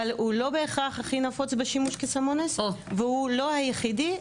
אבל הוא לא בהכרח הכי נפוץ בשימוש כסם אונס והוא לא היחידי,